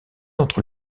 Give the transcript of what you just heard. entre